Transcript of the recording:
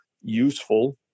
useful